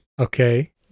Okay